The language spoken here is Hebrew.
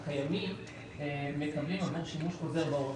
הקיימים מקבלים עבור שימוש חוזר ב-...